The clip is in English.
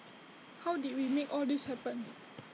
how did we make all this happen